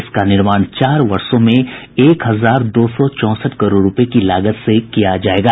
इस का निर्माण चार वर्षों में एक हजार दो सौ चौंसठ करोड़ रूपये की लागत से किया जाएगा